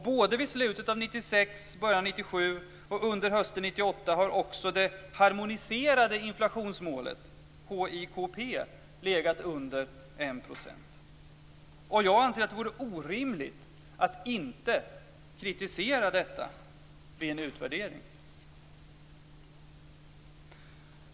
Både vid slutet av 1996, början av 1997 och under hösten 1998 har också det harmoniserade inflationsmålet, HIKP, legat under 1 %. Jag anser att det vore orimligt att inte kritisera detta vid en utvärdering.